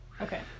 Okay